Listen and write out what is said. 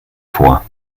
vor